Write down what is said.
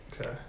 Okay